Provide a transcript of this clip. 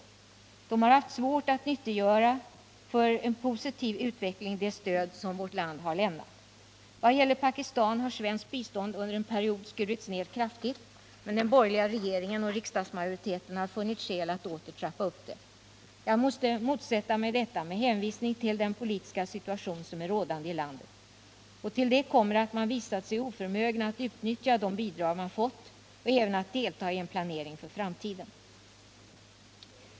Dessa länder har haft svårt att nyttiggöra för en positiv utveckling det stöd som vårt land har lämnat. Vad gäller Pakistan har svenskt bistånd under en period skurits ned kraftigt, men den borgerliga regeringen och riksdagsmajoriteten har funnit skäl att åter trappa upp det. Jag måste motsätta mig detta med hänvisning till den politiska situation som är rådande i landet. Till det kommer att man visat sig oförmögen att utnyttja de bidrag man fått och även att delta i en planering för framtiden.